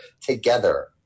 together